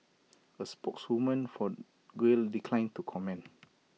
A spokeswoman for Grail declined to comment